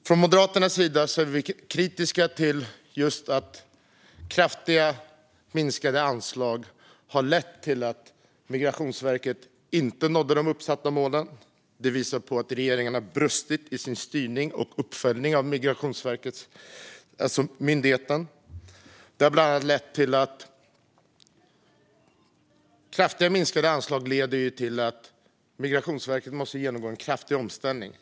Från Moderaternas sida är vi kritiska till att kraftigt minskade anslag har lett till att Migrationsverket inte nått de uppsatta målen. Det visar på att regeringen brustit i sin styrning och uppföljning av myndigheten. Kraftigt minskade anslag har lett till att Migrationsverket behövt genomgå en kraftig omställning.